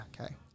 okay